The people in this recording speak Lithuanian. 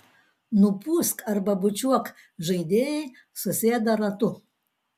nupūsk arba bučiuok žaidėjai susėda ratu